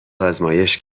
آزمایش